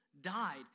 died